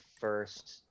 first